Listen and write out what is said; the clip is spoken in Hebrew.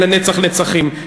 לנצח נצחים.